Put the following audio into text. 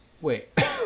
wait